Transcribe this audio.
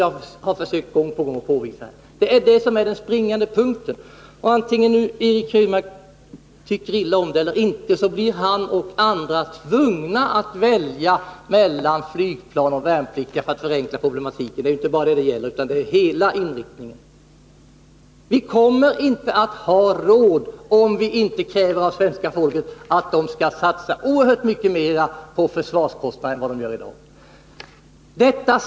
Det har jag gång på gång försökt påvisa. Det är det som är den springande punkten, och vare sig Eric Krönmark tycker illa om det eller inte blir han och andra tvungna att välja mellan flygplan och värnpliktiga — för att nu förenkla problematiken. Det är inte bara det som det gäller utan hela inriktningen av försvaret. Vi kommer inte att ha råd med bådadera om vi inte kräver att svenska folket skall satsa oerhört mycket mer på försvarskostnader än i dag.